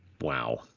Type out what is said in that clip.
Wow